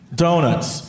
donuts